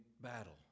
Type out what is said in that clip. battle